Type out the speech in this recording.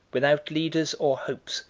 without leaders or hopes,